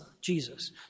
Jesus